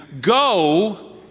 Go